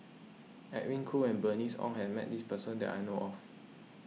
Edwin Koo and Bernice Ong has met this person that I know of